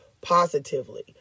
positively